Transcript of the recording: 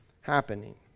happening